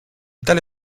tale